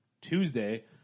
Tuesday